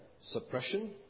suppression